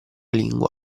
lingua